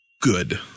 good